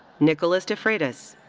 nicholas defreitas.